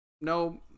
no